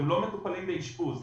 הם לא מטופלים באשפוז.